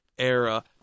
era